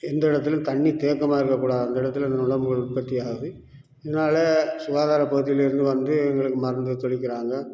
எந்த இடத்துலையும் தண்ணி தேக்கமாக இருக்கக் கூடாது அந்த இடத்துல இருந்து தான் உற்பத்தி ஆகுது இதனால சுகாதாரப்பகுதியிலேருந்து வந்து எங்களுக்கு மருந்து தெளிக்கிறாங்க